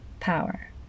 power